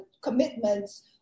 commitments